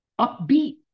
upbeat